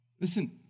Listen